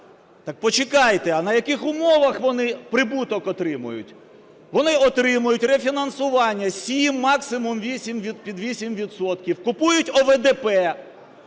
Так почекайте, а на яких умовах вони прибуток отримують? Вони отримують рефінансування сім, максимум вісім, під вісім відсотків, купують ОВДП